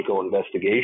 investigation